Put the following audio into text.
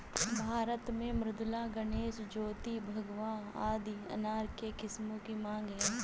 भारत में मृदुला, गणेश, ज्योति, भगवा आदि अनार के किस्मों की मांग है